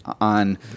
on